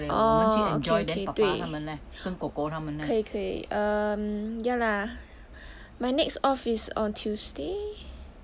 orh okay okay 对可以可以 err mm ya lah my next off is on tuesday